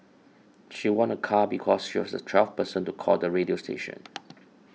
she won a car because she was the twelfth person to call the radio station